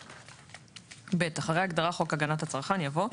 מינהליות;"; (ב)אחרי ההגדרה "חוק הגנת הצרכן" יבוא: